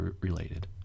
related